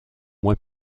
moins